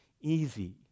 easy